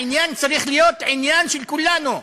העניין צריך להיות עניין של כולנו.